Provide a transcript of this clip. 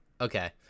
Okay